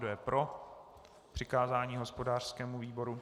Kdo je pro přikázání hospodářskému výboru?